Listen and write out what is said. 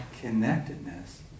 connectedness